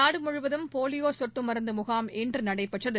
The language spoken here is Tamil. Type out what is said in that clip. நாடு முழுவதும் போலியோ சொட்டு மருந்து முகாம் இன்று நடைபெற்றது